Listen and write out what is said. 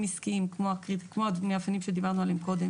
עסקיים כמו המאפיינים שדיברנו עליהם קודם